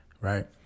right